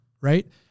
right